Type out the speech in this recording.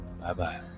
Bye-bye